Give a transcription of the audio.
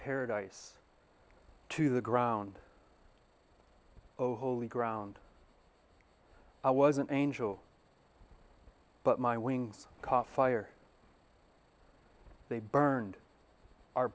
paradise to the ground oh holy ground i wasn't an angel but my wings caught fire they burned